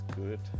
good